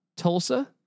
Tulsa